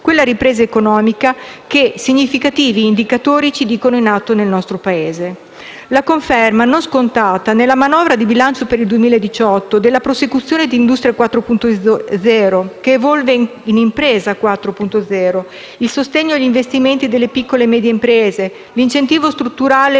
quella ripresa economica che significativi indicatori ci dicono in atto nel nostro Paese. La conferma, non scontata, nella manovra di bilancio per il 2018 della prosecuzione di Industria 4.0, che evolve in Impresa 4.0, il sostegno agli investimenti delle piccole e medie imprese, l'incentivo strutturale